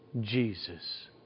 Jesus